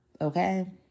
Okay